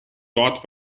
dort